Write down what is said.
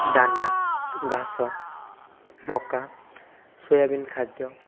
ଦାନା ଘାସ ମକା ସୋୟବିନ୍ ଖାଦ୍ୟ